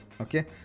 Okay